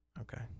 Okay